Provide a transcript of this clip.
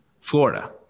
Florida